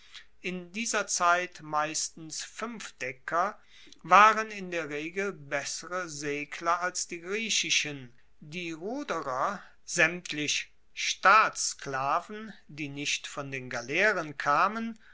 in dieser zeit meistens fuenfdecker waren in der regel bessere segler als die griechischen die ruderer saemtlich staatssklaven die nicht von den galeeren kamen